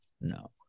No